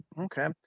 Okay